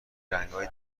رنگای